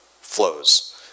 flows